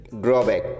drawback